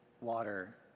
water